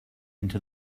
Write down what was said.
into